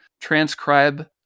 transcribe